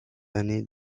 année